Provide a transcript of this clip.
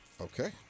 Okay